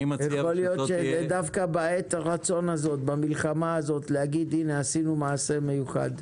אולי דווקא בעת הרצון הזו במלחמה הזו לומר: עשינו מעשה מיוחד.